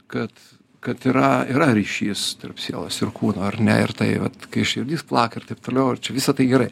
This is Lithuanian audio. kad kad yra yra ryšys tarp sielos ir kūno ar ne ir tai vat kai širdis plaka ir taip toliau visa tai gerai